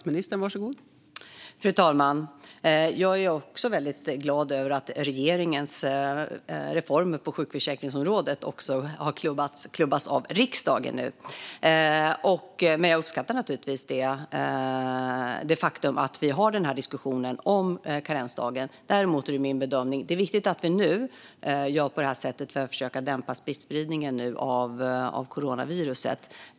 Fru talman! Jag är också väldigt glad över att regeringens reformer på sjukförsäkringsområdet har klubbats av riksdagen. Men jag uppskattar naturligtvis det faktum att vi har den här diskussionen om karensdagen. Det är viktigt att vi gör på det här sättet nu för att försöka att dämpa smittspridningen av coronaviruset.